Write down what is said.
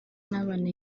n’abana